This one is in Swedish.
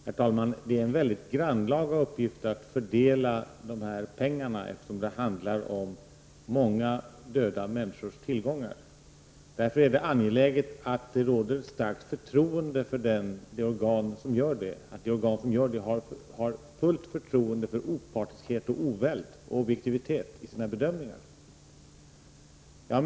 Herr talman! Det är en mycket grannlaga uppgift att fördela de här pengarna, eftersom det handlar om många döda människors tillgångar. Därför är det angeläget att det finns ett starkt förtroende för detta organ och för dess opartiskhet, oväld och objektivitet i bedömningarna.